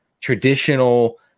traditional